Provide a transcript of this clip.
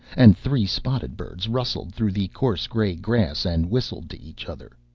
and three spotted birds rustled through the coarse grey grass and whistled to each other.